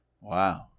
Wow